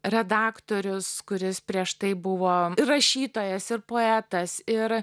redaktorius kuris prieš tai buvo ir rašytojas ir poetas ir